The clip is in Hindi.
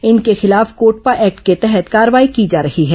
इनके खिलाफ कोटपा एक्ट के तहत कार्रवाई की जा रही है